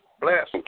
Bless